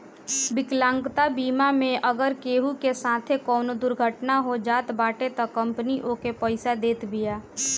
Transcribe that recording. विकलांगता बीमा मे अगर केहू के साथे कवनो दुर्घटना हो जात बाटे तअ कंपनी ओके पईसा देत बिया